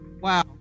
Wow